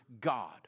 God